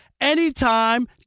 anytime